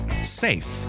safe